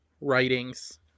writings